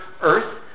Earth